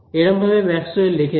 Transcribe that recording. এরমভাবে ম্যাক্সওয়েল লেখেননি